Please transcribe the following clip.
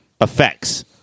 effects